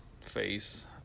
face